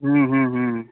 ह्म्म ह्म्म ह्म्म